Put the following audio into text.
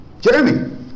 Jeremy